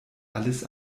alles